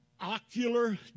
ocular